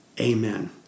Amen